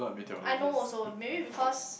I know also maybe because